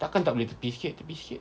tak kan tak boleh tepi sikit tepi sikit